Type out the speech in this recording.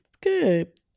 Good